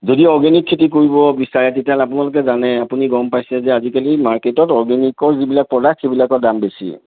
যদি অৰ্গেনিক খেতি কৰিব বিচাৰে তেতিয়াহ'লে আপোনালোকে জানে আপুনি গম পাইছে যে আজিকালি মাৰ্কেটত অৰ্গেনিকৰ যিবিলাক প্ৰ'ডাক্ট সেইবিলাকৰ দাম বেছি